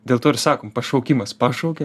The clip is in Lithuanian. dėl to ir sakom pašaukimas pašaukė